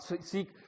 seek